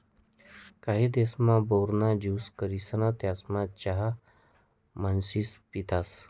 काही देशमा, बोर ना ज्यूस करिसन त्याना चहा म्हणीसन पितसं